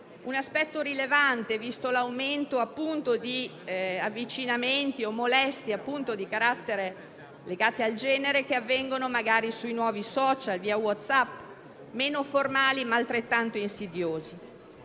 Un aspetto rilevante, visto l'aumento di avvicinamenti o molestie legate al genere che avvengono sui nuovi *social* come WhatsApp, meno formali ma altrettanto insidiosi.